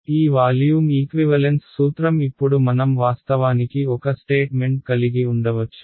కాబట్టి ఈ volume equivalence సూత్రం ఇప్పుడు మనం వాస్తవానికి ఒక స్టేట్మెంట్ కలిగి ఉండవచ్చు